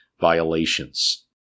violations